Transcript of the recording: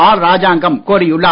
R Rajangam கோரியுள்ளார்